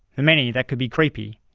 many that could be creepy,